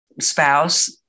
spouse